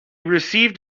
received